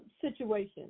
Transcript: Situation